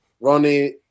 Ronnie